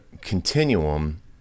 continuum